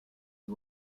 the